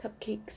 cupcakes